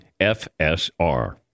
FSR